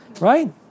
right